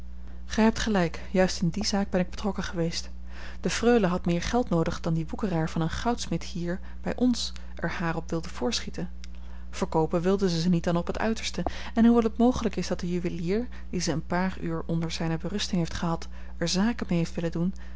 gij hebt gelijk juist in die zaak ben ik betrokken geweest de freule had meer geld noodig dan die woekeraar van een goudsmid hier bij ons er haar op wilde voorschieten verkoopen wilde zij ze niet dan op het uiterste en hoewel het mogelijk is dat de juwelier die ze een paar uur onder zijne berusting heeft gehad er zaken mee heeft willen doen